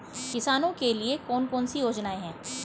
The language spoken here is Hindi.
किसानों के लिए कौन कौन सी योजनाएं हैं?